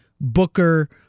Booker